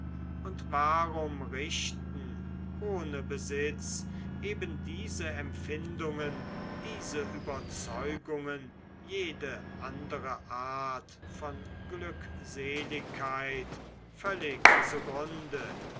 und warum richten ohne besitz eben diese empfindungen diese überzeugungen jede andere art von glückseligkeit völlig zugrunde